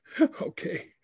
Okay